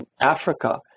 Africa